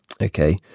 Okay